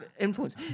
influence